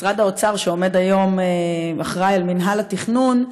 משרד האוצר, שאחראי היום למינהל התכנון,